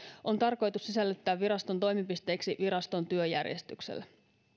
on tarkoitus sisällyttää viraston toimipisteiksi viraston työjärjestyksellä